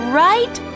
right